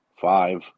five